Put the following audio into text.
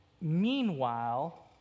Meanwhile